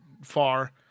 far